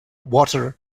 water